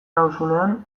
nauzunean